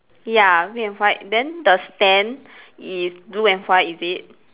ya red and white then the stand is blue and white is it